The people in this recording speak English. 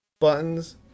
buttons